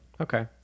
Okay